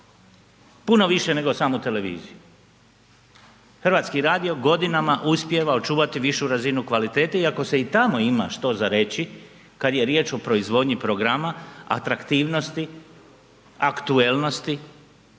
puno više nego samu televiziju. Hrvatski radio godinama uspijeva očuvati višu razinu kvalitete iako se i tamo ima što za reći kada je riječ o proizvodnji programa, atraktivnosti, aktualnosti,